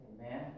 Amen